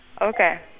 okay